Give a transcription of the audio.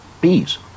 bees